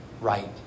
right